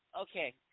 Okay